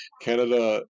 canada